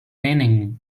leaning